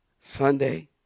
Sunday